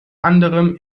anderem